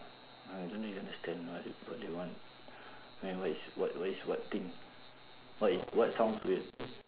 I don't even understand what what they want I mean what is what what is what thing what is what sounds weird